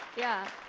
yeah